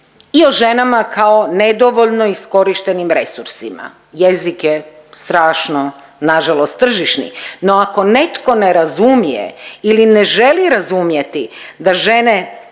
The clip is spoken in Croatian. i o ženama kao nedovoljno iskorištenim resursima. Jezik je strašno nažalost tržišni, no ako netko ne razumije ili ne želi razumjeti da žene